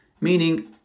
meaning